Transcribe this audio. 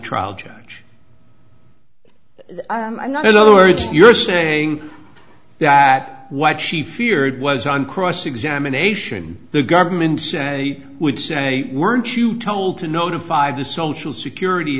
trial judge not in other words you're saying that what she feared was on cross examination the government said they would say weren't you told to notify the social security